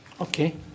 Okay